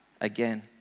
again